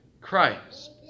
christ